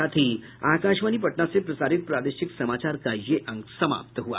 इसके साथ ही आकाशवाणी पटना से प्रसारित प्रादेशिक समाचार का ये अंक समाप्त हुआ